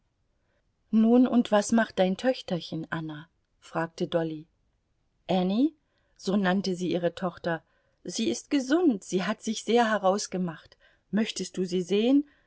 nun und was macht dein töchterchen anna fragte dolly anny so nannte sie ihre tochter sie ist gesund sie hat sich sehr herausgemacht möchtest du sie sehen